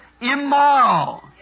Immoral